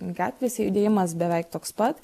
gatvėse judėjimas beveik toks pat